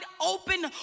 open